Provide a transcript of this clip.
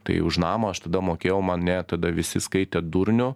tai už namą aš tada mokėjau mane tada visi skaitė durniu